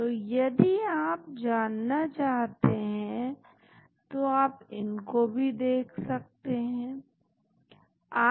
तो यदि आप जानना चाहते हैं तो आप इनको भी देख सकते हैं